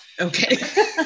okay